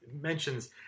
mentions